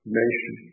nation